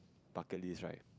bucket list right